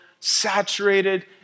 saturated